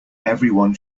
everyone